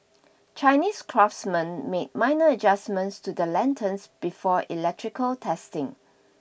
Chinese craftsmen make minor adjustments to the lanterns before electrical testing